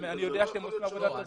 אני יודע שהם עושים עבודה טובה.